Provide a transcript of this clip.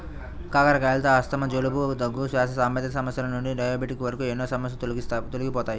కాకరకాయలతో ఆస్తమా, జలుబు, దగ్గు, శ్వాస సంబంధిత సమస్యల నుండి డయాబెటిస్ వరకు ఎన్నో సమస్యలు తొలగిపోతాయి